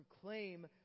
proclaim